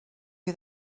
you